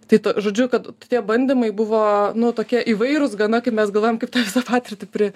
tai to žodžiu kad tie bandymai buvo nu tokie įvairūs gana kaip mes galvojam tą visą patirtį pri